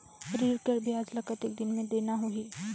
ऋण कर ब्याज ला कतेक दिन मे देना होही?